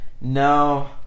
No